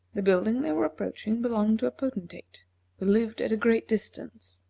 the building they were approaching belonged to a potentate, who lived at a great distance.